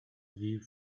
view